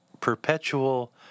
perpetual